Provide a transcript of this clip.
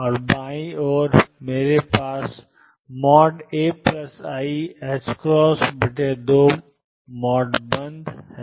और बाईं ओर अब मेरे पास ai2 है